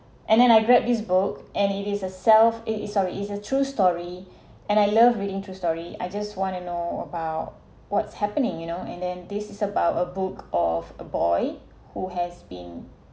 and then I read this book and it is a self eh eh sorry is a true story and I love reading true story I just want to know about what's happening you know and then this is about a book of a boy who has been